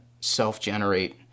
self-generate